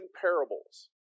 parables